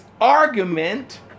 argument